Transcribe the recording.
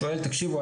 שואל : תקשיבו,